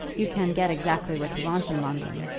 you can get exactly what you want in london,